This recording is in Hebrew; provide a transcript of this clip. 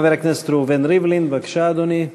חבר הכנסת ראובן ריבלין, בבקשה, אדוני.